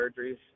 surgeries